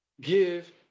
Give